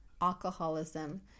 alcoholism